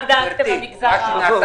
רק דאגתם למגזר הערבי.